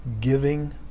giving